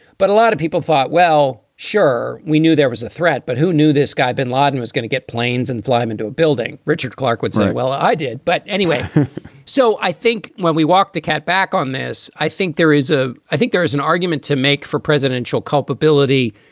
but a lot of people thought, well sure, we knew there was a threat. but who knew this guy, bin laden was going to get planes and fly into a building? richard clarke would say, well, i did, but anyway so i think when we walk the cat back on this, i think there is a i think there is an argument to make for presidential culpability.